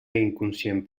inconscient